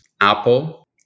Apple